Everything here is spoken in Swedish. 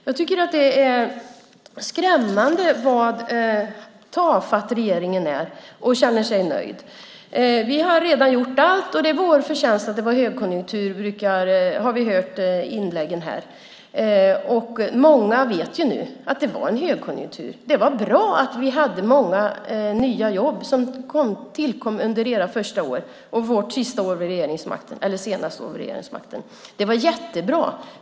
Jag tycker att det är skrämmande att regeringen är så tafatt och känner sig nöjd: Vi har redan gjort allt. Det är vår förtjänst att det var högkonjunktur, har vi hört i inläggen här. Många vet ju nu att det var en högkonjunktur. Det var bra att många nya jobb tillkom under era första år och vårt senaste år vid regeringsmakten. Det var jättebra.